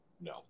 No